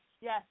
Yes